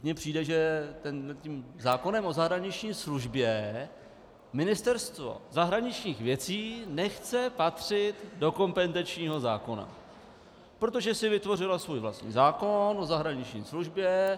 Tak mi přijde, že tímto zákonem o zahraniční službě Ministerstvo zahraničních věci nechce patřit do kompetenčního zákona, protože si vytvořilo svůj vlastní zákon o zahraniční službě.